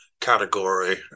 category